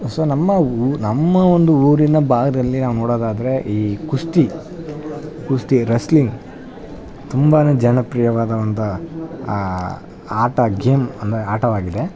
so ನಮ್ಮ ಊ ನಮ್ಮ ಒಂದು ಊರಿನ ಭಾಗದಲ್ಲಿ ನಾವು ನೊಡೋದಾದರೆ ಈ ಕುಸ್ತಿ ಕುಸ್ತಿ ರಸ್ಲಿಂಗ್ ತುಂಬಾ ಜನಪ್ರಿಯವಾದ ಒಂದು ಆಟ ಗೇಮ್ ಅನ್ನೋ ಆಟವಾಗಿದೆ